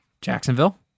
Jacksonville